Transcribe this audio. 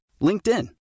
LinkedIn